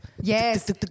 Yes